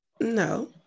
no